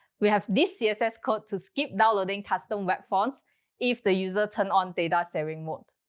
we have this css code to skip downloading custom web fonts if the user turn on data saving mode.